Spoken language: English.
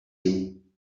you